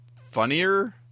funnier